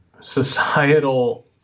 societal